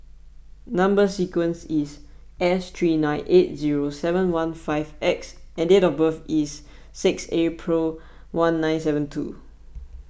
Number Sequence is S three nine eight zero seven one five X and date of birth is six April one nine seven two